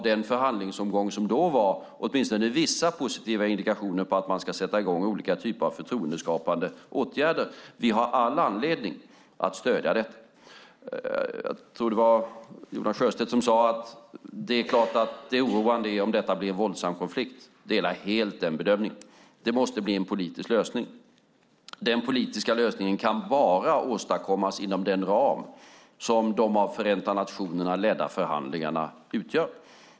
Den förhandlingsomgång som då var gav åtminstone vissa positiva indikationer på att man ska sätta i gång olika typer av förtroendeskapande åtgärder. Vi har all anledning att stödja detta. Jag tror att det var Jonas Sjöstedt som sade att det är oroande om detta blir en våldsam konflikt. Jag delar helt den bedömningen. Det måste bli en politisk lösning, och den politiska lösningen kan bara åstadkommas inom den ram som de av Förenta nationerna ledda förhandlingarna utgör.